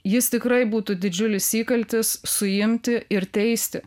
jis tikrai būtų didžiulis įkaltis suimti ir teisti